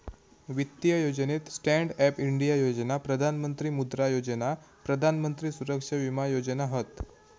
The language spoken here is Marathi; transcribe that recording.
वित्तीय योजनेत स्टॅन्ड अप इंडिया योजना, प्रधान मंत्री मुद्रा योजना, प्रधान मंत्री सुरक्षा विमा योजना हत